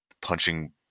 punching